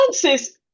Francis